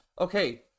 Okay